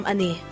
Ani